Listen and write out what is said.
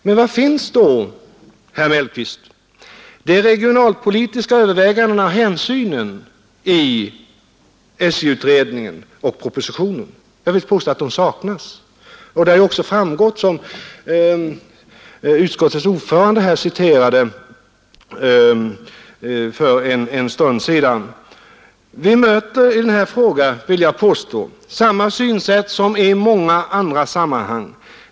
Men var finns då, herr Mellqvist, de regionalpolitiska övervägandena och hänsynen i SJ-utredningen och propositionen? Jag vill påstå att de saknas, och det har också framgått av de citat som utskottets ordförande gjorde för en stund sedan. Vi möter i denna fråga samma synsätt som i många andra sammanhang.